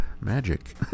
magic